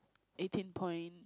eighteen point